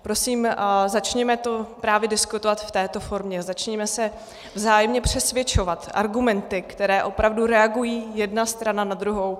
Prosím, začněme to diskutovat právě v této formě, začněme se vzájemně přesvědčovat argumenty, které opravdu reagují jedna strana na druhou.